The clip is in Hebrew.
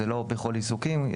זה לא בכל עיסוקים.